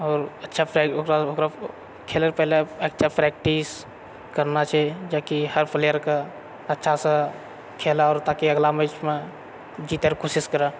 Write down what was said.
आओर अच्छा ओकरा ओकरा खेलयसँ पहिले अच्छा प्रैक्टिस करना छै जेकि हर प्लेयरके अच्छासँ खेलाए आओर ताकि अगला मैचमे जीतै रऽ कोशिश करए